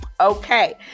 okay